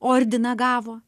ordiną gavo